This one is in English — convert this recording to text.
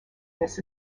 this